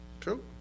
True